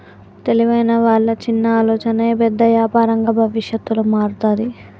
తెలివైన వాళ్ళ చిన్న ఆలోచనే పెద్ద యాపారంగా భవిష్యత్తులో మారతాది